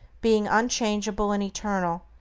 being unchangeable and eternal,